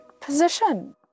position